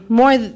more